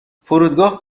فرودگاه